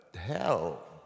hell